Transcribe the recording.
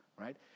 right